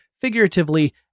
figuratively